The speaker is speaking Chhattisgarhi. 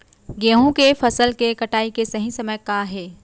गेहूँ के फसल के कटाई के सही समय का हे?